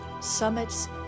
summits